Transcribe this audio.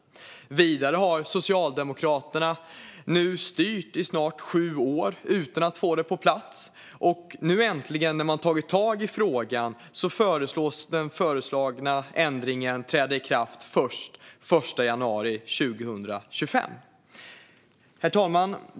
Vidare har Socialdemokraterna nu styrt i snart sju år utan att få det på plats, och när man nu äntligen har tagit tag i frågan föreslås ändringen träda i kraft först den 1 januari 2025. Herr talman!